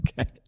Okay